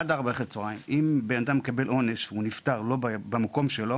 עד 16:00. אם אדם קיבל עונש והוא נפטר לא במקום שלו